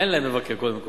אין להם מבקר, קודם כול.